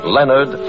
Leonard